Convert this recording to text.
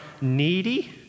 needy